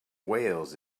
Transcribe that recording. whales